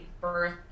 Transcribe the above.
birth